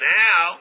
now